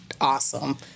awesome